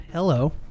Hello